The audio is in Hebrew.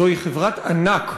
זוהי חברת ענק.